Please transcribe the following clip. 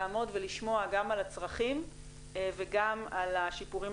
כדי לעמוד ולשמוע גם על הצרכים וגם על השיפורים